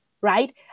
right